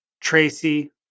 Tracy